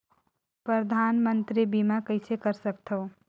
परधानमंतरी बीमा कइसे कर सकथव?